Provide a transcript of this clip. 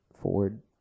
Ford